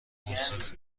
پرسید